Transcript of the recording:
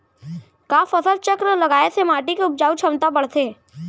का फसल चक्र लगाय से माटी के उपजाऊ क्षमता बढ़थे?